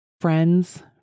friends